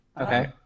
Okay